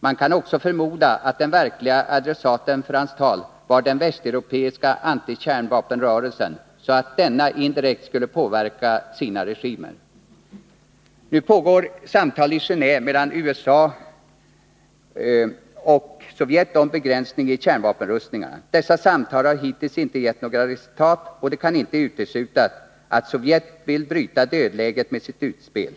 Man kan också förmoda att den verkliga adressaten för hans tal var den västeuropeiska antikärnvapenrörelsen, för att denna indirekt skulle påverka sina regimer. Nu pågår samtal i Gen&ve mellan USA och Sovjet om begränsning i kärnvapenrustningarna. Dessa samtal har hittills inte gett några resultat, och det kan inte uteslutas att Sovjet vill bryta dödläget med sitt utspel.